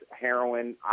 heroin